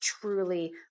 truly